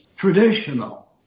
traditional